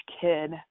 kid